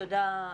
תודה,